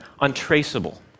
untraceable